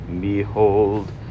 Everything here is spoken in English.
Behold